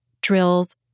drills